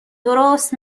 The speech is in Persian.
درست